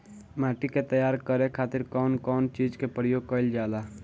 माटी के तैयार करे खातिर कउन कउन चीज के प्रयोग कइल जाला?